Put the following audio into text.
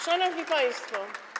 Szanowni Państwo!